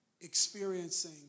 experiencing